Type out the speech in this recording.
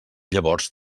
llavors